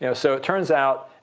you know so it turns out,